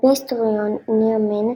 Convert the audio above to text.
על-פי ההיסטוריון ניר מן,